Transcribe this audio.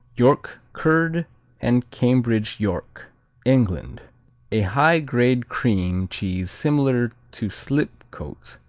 york curd and cambridge york england a high-grade cream cheese similar to slipcote,